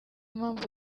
mpamvu